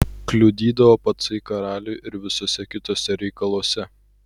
kliudydavo pacai karaliui ir visuose kituose reikaluose